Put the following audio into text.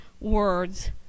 words